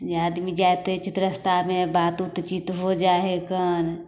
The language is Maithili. जे आदमी जाइत रहै छै तऽ रस्तामे बात उत चीत हो जा हइ कन